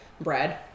bread